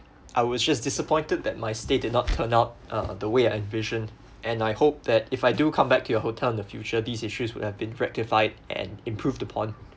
I was just disappointed that my stay did not turn out uh the way I envisioned and I hope that if I do come back to your hotel in the future these issues would have been rectified and improved upon